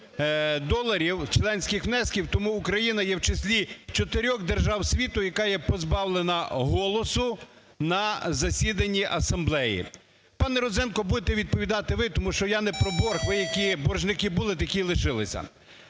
доларів членських внесків, тому Україна є в числі чотирьох держав світу, яка є позбавлена голосу на засіданні асамблеї. Пане Розенко, будете відповідати ви, тому що я не про борг. Ви які боржники були, такі й лишилися.